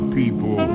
people